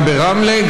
גם ברמלה,